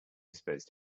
supposed